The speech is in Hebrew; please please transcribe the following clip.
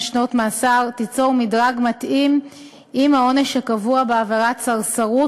שנות מאסר תיצור מדרג מתאים עם העונש הקבוע בעבירות סרסרות